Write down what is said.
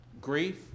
grief